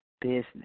business